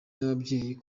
n’ababyeyi